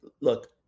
look